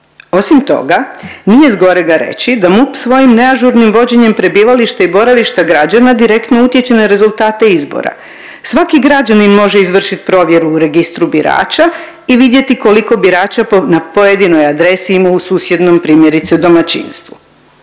Osim toga nije zgorega reći da MUP svojim neažurnim vođenjem prebivališta i boravišta građana direktno utječe na rezultate izbora. Svaki građanin može izvršit provjeru u registru birača i vidjeti koliko birača na pojedinoj adresi ima u susjednom primjerice domaćinstvu.